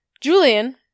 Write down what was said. Julian